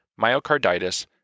myocarditis